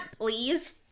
please